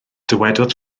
dywedodd